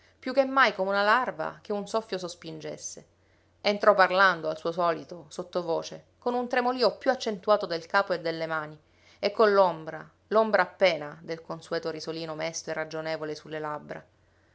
più che mai come una larva che un soffio sospingesse entrò parlando al suo solito sottovoce con un tremolio più accentuato del capo e delle mani e con l'ombra l'ombra appena del consueto risolino mesto e ragionevole su le labbra